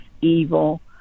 evil